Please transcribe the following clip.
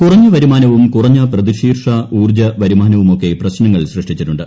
കുറഞ്ഞ വരുമാനവും കുറഞ്ഞ പ്രതിശീർഷ ഊർജ്ജ വരുമാനവുമൊക്കെ പ്രശ്നങ്ങൾ സൃഷ്ടിച്ചിട്ടുണ്ട്